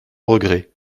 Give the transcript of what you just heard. regret